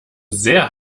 sehr